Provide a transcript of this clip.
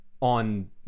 on